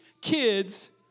kids